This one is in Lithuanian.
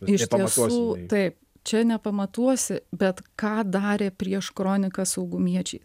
iš tiesų taip čia nepamatuosi bet ką darė prieš kroniką saugumiečiai